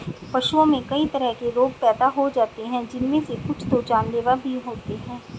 पशुओं में कई तरह के रोग पैदा हो जाते हैं जिनमे से कुछ तो जानलेवा भी होते हैं